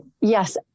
yes